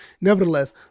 nevertheless